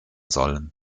sollen